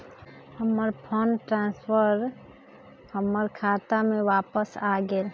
हमर fund transfer हमर खाता में वापस आ गेल